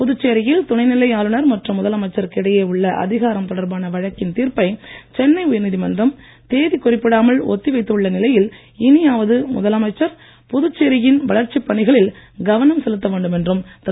புதுச்சேரியில் துணைநிலை ஆளுநர் மற்றும் முதலமைச்சருக்கு இடையே உள்ள அதிகாரம் தொடர்பான வழக்கின் தீர்ப்பை சென்னை உயர் நீதிமன்றம் தேதி குறிப்பிடாமல் ஒத்தி வைத்துள்ள நிலையில் இனியாவது முதலமைச்சர் புதுச்சேரியின் வளர்ச்சிப் பணிகளில் கவனம் செலுத்த வேண்டும் என்றும் திரு